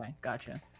Gotcha